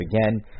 again